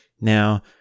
Now